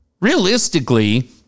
realistically